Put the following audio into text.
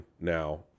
now